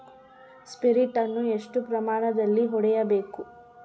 Sprint ಅನ್ನು ಎಷ್ಟು ಪ್ರಮಾಣದಲ್ಲಿ ಹೊಡೆಯಬೇಕು?